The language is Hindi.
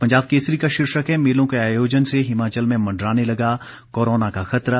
पंजाब केसरी का शीर्षक है मेलों के आयोजन से हिमाचल में मंडराने लगा कोरोना का खतरा